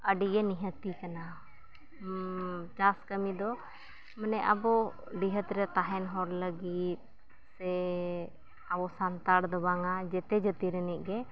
ᱟᱹᱰᱤᱜᱮ ᱱᱤᱦᱟᱹᱛᱤ ᱠᱟᱱᱟ ᱪᱟᱥ ᱠᱟᱹᱢᱤᱫᱚ ᱢᱟᱱᱮ ᱟᱵᱚ ᱰᱤᱦᱟᱹᱛᱨᱮ ᱛᱟᱦᱮᱱ ᱦᱚᱲ ᱞᱟᱹᱜᱤᱫ ᱥᱮ ᱟᱵᱚ ᱥᱟᱱᱛᱟᱲᱫᱚ ᱵᱟᱝᱟ ᱡᱮᱛᱮ ᱡᱟᱹᱛᱤ ᱨᱤᱱᱤᱡᱜᱮ